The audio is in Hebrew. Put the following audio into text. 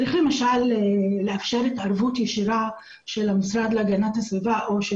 צריך למשל לאפשר התערבות ישירה של המשרד להגנת הסביבה או של